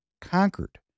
conquered